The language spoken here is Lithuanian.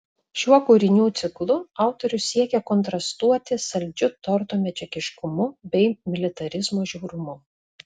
šiuo kūrinių ciklu autorius siekė kontrastuoti saldžiu torto medžiagiškumu bei militarizmo žiaurumu